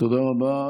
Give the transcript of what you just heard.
תודה רבה.